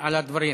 על הדברים.